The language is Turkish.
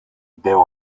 dev